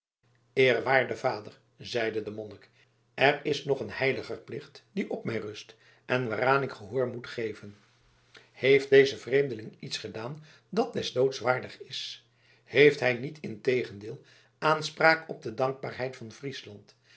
eerwaarde vader zeide de monnik er is nog een heiliger plicht die op mij rust en waaraan ik gehoor moet geven heeft deze vreemdeling iets gedaan dat des doods waardig is heeft hij niet integendeel aanspraak op de dankbaarheid van friesland